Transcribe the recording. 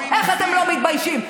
איך אתם לא מתביישים?